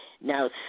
Now